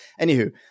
Anywho